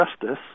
justice